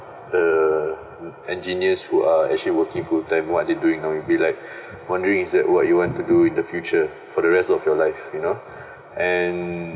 the engineers who are actually working full time what they doing now you'll be like wondering is that what you want to do in the future for the rest of your life you know and